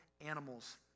animals